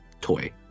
toy